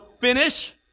finish